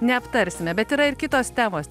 neaptarsime bet yra ir kitos temos